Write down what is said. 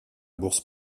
bourse